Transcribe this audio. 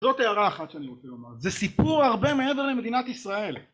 זאת הערה אחת שאני רוצה לומר זה סיפור הרבה מעבר למדינת ישראל